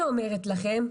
אני אומרת לכם,